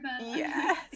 yes